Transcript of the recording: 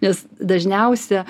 nes dažniausia